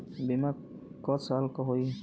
बीमा क साल क होई?